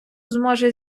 зможе